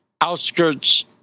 outskirts